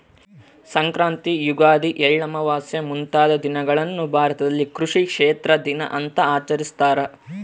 ಸಂಕ್ರಾಂತಿ ಯುಗಾದಿ ಎಳ್ಳಮಾವಾಸೆ ಮುಂತಾದ ದಿನಗಳನ್ನು ಭಾರತದಲ್ಲಿ ಕೃಷಿ ಕ್ಷೇತ್ರ ದಿನ ಅಂತ ಆಚರಿಸ್ತಾರ